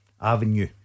avenue